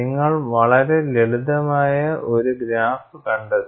നിങ്ങൾ വളരെ ലളിതമായ ഒരു ഗ്രാഫ് കണ്ടെത്തും